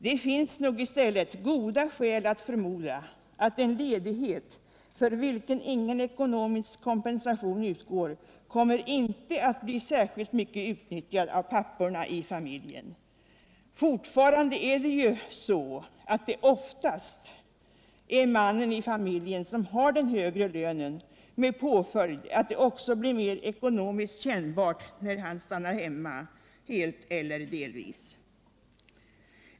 Det finns nog i stället goda skäl att förmoda att en ledighet för vilken ekonomisk kompensation inte utgår inte kommer att bli särskilt mycket utnyttjad av papporna i familjerna. Fortfarande är det så att det oftast är mannen i familjen som har den högre lönen, med påföljd att det också blir mer ekonomiskt kännbart när han stannar hemma. helt eller delvis.